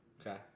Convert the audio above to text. Okay